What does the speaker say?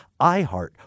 iHeart